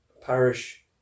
parish